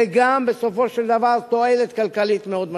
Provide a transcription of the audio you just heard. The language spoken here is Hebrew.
וגם בסופו של דבר תועלת כלכלית מאוד משמעותית.